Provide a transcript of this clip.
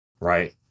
right